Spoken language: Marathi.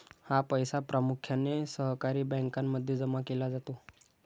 हा पैसा प्रामुख्याने सहकारी बँकांमध्ये जमा केला जातो